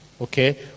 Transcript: okay